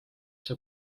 see